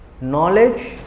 Knowledge